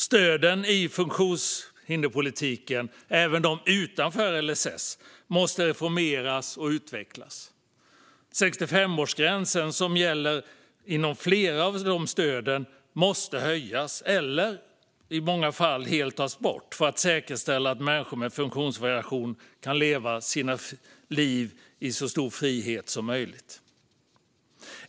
Stöden i funktionshinderspolitiken, även de utanför LSS, måste reformeras och utvecklas. Den 65-årsgräns som gäller inom flera av dessa stöd måste höjas eller i många fall helt tas bort för att säkerställa att människor med funktionsvariation kan leva sina liv i så stor frihet som möjligt.